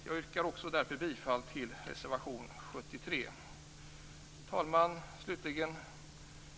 Jag yrkar därför också bifall till reservation Herr talman!